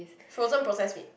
frozen process meat